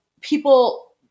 people